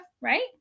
Right